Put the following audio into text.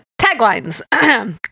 Taglines